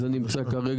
עיר חדשה?